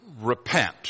repent